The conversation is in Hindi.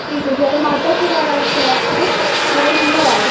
ठीक है सर मातापुरा बाई सोहागपुर वार्ड नंबर आठ